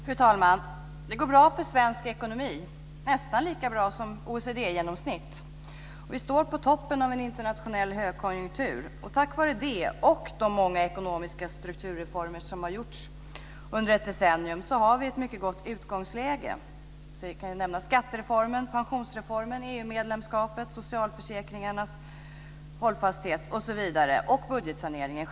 Fru talman! Det går bra för svensk ekonomi, nästan lika bra som för OECD-genomsnittet. Vi står på toppen av en internationell högkonjunktur. Tack vare det och de många ekonomiska strukturreformer som har genomförts under ett decennium har vi ett mycket gott utgångsläge. Jag kan nämna skattereformen, pensionsreformen, EU-medlemskapet, socialförsäkringarnas hållfasthet och självfallet också budgetsaneringen.